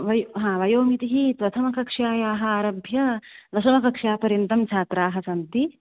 वयो आम् वयोमितिः प्रथमकक्ष्यायाः आरभ्य दशमकक्षापर्यन्तं छात्राः सन्ति